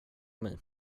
mig